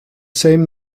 same